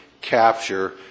capture